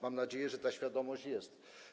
Mam nadzieję, że ta świadomość jest.